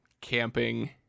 camping